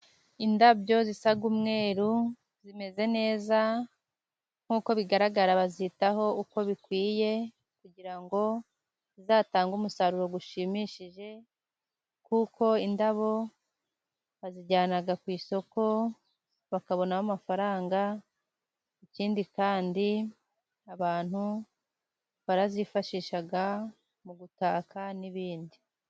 Indabyo zisa umweru zimeze neza. Nk'uko bigaragara bazitaho uko bikwiye kugira ngo zizatange umusaruro ushimishije. Kuko indabo bazijyana ku isoko bakabonamo amafaranga, ikindi kandi abantu barazifashisha mu gutaka n'ibindi.